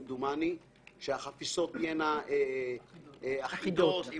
שהחפיסות תהיינה אחידות.